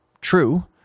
true